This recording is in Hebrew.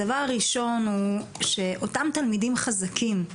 הדבר הראשון הוא שאותם ילדים חזקים,